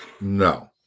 No